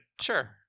Sure